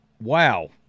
Wow